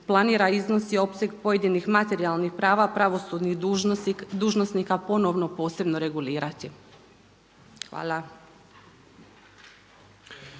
planira iznos i opseg pojedinih materijalnih prava pravosudnih dužnosnika ponovno posebno regulirati. Hvala.